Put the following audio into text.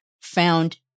found